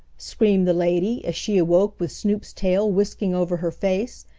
screamed the lady, as she awoke with snoop's tail whisking over her face.